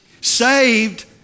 Saved